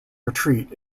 retreat